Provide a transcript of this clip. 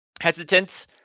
hesitant